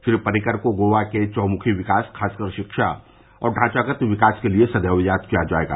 श्री पर्रिकर को गोवा के चहुमुखी विकास खासकर शिक्षा और ढांचागत विकास के लिए सदैव याद किया जाएगा